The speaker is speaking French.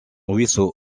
ruisseau